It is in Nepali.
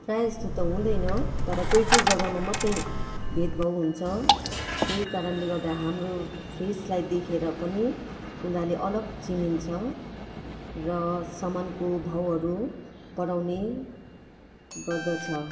प्राय जस्तो त हुँदैन तर कोही कोही जग्गामा मात्रै भेदभाव हुन्छ त्यही कारणले गर्दा हाम्रो फोसलाई देखेर पनि उनीहरूले अलग चिनिन्छ र सामानको भाउहरू बढाउने गर्दछ